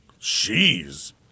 jeez